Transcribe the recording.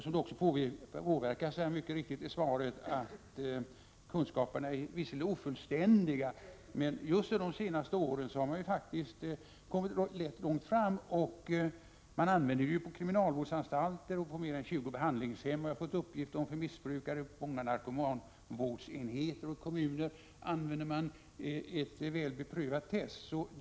Som det mycket riktigt påpekas i svaret är kunskaperna visserligen ofullständiga, men just under de senaste åren har man faktiskt kommit rätt långt fram. Man använder denna metod på kriminalvårdsanstalter, på mer än 20 behandlingshem för missbrukare och på många kommuners narkomanvårdsenheter, har jag fått uppgift om. Det är alltså ett väl beprövat test.